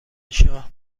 شاه